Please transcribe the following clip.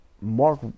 Mark